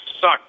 suck